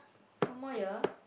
one more year